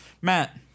Matt